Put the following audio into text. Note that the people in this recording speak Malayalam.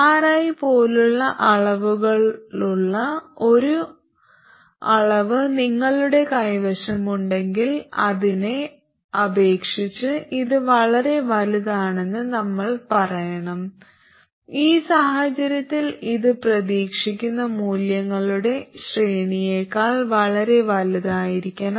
Ri പോലുള്ള അളവുകളുള്ള ഒരു അളവ് നിങ്ങളുടെ കൈവശമുണ്ടെങ്കിൽ അതിനെ അപേക്ഷിച്ച് ഇത് വളരെ വലുതാണെന്ന് നമ്മൾ പറയണം ഈ സാഹചര്യത്തിൽ ഇത് പ്രതീക്ഷിക്കുന്ന മൂല്യങ്ങളുടെ ശ്രേണിയെക്കാൾ വളരെ വലുതായിരിക്കണം